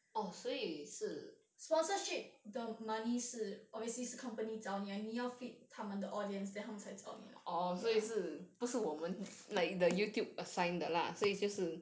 sponsorship the money 是 obviously 是 company 找你要 fit 他们的 audience then 他们才找你 ah ya